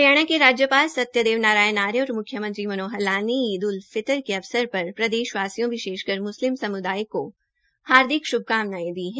हरियाणा के राज्पाल सत्यदेव नारायण आर्य और म्ख्यमंत्री मनोहर लाल ने ईद उल फित्तर के अवसर पर प्रदेशवासियों विशेषकर मुस्लिम सम्दाय को हार्दिक श्भकामनायें दी है